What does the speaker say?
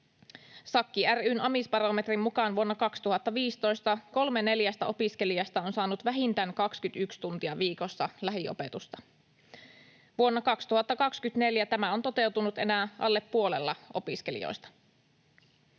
Sakki ry:n amisbarometrin mukaan vuonna 2015 kolme neljästä opiskelijasta on saanut vähintään 21 tuntia viikossa lähiopetusta. Vuonna 2024 tämä on toteutunut enää alle puolella opiskelijoista.